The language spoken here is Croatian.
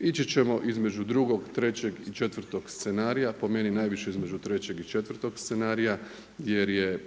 ići ćemo između drugog, trećeg i četvrtog scenarija, po meni najviše između trećeg i četvrtog scenarija jer je